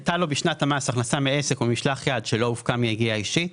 הייתה לו בשנת המס הכנסה מעסק או ממשלח יד שלא הופקה מיגיעה אישית,